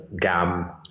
GAM